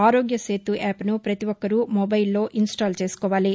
ఆరోగ్య నేతు యాప్ను ప్రతి ఒక్కరూ మొబైల్లో ఇన్ స్పాల్ చేసుకోవాలి